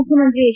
ಮುಖ್ಯಮಂತ್ರಿ ಹೆಚ್